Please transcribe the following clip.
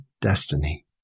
destiny